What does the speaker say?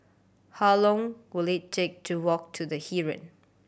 how long will it take to walk to The Heeren